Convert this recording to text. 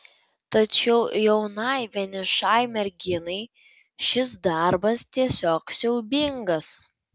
tačiau jaunai vienišai merginai šis darbas tiesiog siaubingas